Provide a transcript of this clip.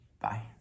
Bye